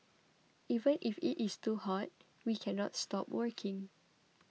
even if it is too hot we cannot stop working